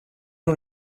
non